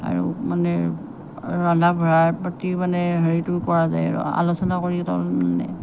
আৰু মানে ৰন্ধা বঢ়াৰ প্ৰতি মানে হেৰিটো কৰা যায় আৰু আলোচনা কৰি তাৰমানে